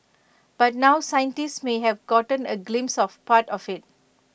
but now scientists may have gotten A glimpse of part of IT